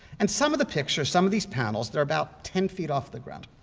and some of the pictures, some of these panels they're about ten feet off the ground